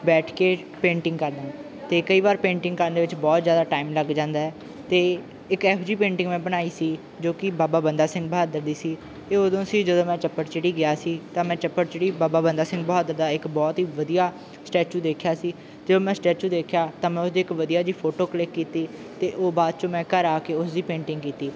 ਬੈਠ ਕੇ ਪੇਂਟਿੰਗ ਕਰਦਾ ਅਤੇ ਕਈ ਵਾਰ ਪੇਂਟਿੰਗ ਕਰਨ ਦੇ ਵਿੱਚ ਬਹੁਤ ਜ਼ਿਆਦਾ ਟਾਈਮ ਲੱਗ ਜਾਂਦਾ ਅਤੇ ਇੱਕ ਇਹੋ ਜਿਹੀ ਪੇਂਟਿੰਗ ਮੈਂ ਬਣਾਈ ਸੀ ਜੋ ਕਿ ਬਾਬਾ ਬੰਦਾ ਸਿੰਘ ਬਹਾਦਰ ਦੀ ਸੀ ਇਹ ਉਦੋਂ ਸੀ ਜਦੋਂ ਮੈਂ ਚੱਪੜ ਚਿੜੀ ਗਿਆ ਸੀ ਤਾਂ ਮੈਂ ਚੱਪੜ ਚਿੜੀ ਬਾਬਾ ਬੰਦਾ ਸਿੰਘ ਬਹਾਦਰ ਦਾ ਇੱਕ ਬਹੁਤ ਹੀ ਵਧੀਆ ਸਟੈਚੂ ਦੇਖਿਆ ਸੀ ਜਦੋਂ ਮੈਂ ਸਟੈਚੂ ਦੇਖਿਆ ਤਾਂ ਮੈਂ ਉਹਦੀ ਇੱਕ ਵਧੀਆ ਜਿਹੀ ਫੋਟੋ ਕਲਿਕ ਕੀਤੀ ਅਤੇ ਉਹ ਬਾਅਦ 'ਚੋਂ ਮੈਂ ਘਰ ਆ ਕੇ ਉਸ ਦੀ ਪੇਂਟਿੰਗ ਕੀਤੀ